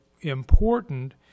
important